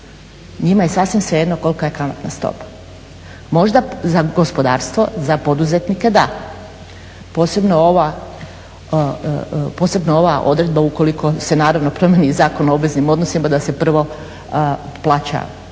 njima je sasvim svejedno kolika je kamatna stopa. Možda za gospodarstvo, za poduzetnike da, posebno ova odredba ukoliko se naravno promijeni i Zakon o obveznim odnosima da se prvo plaća